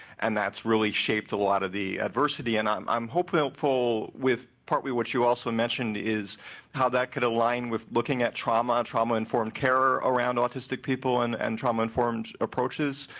and that's really shaped a lot of the adversity and i'm i'm hopeful hopeful with partly what you also mentioned is how that could align with looking at trauma, trauma informed care around autistic people and and trauma informed approaches,